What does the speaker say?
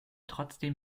trotzdem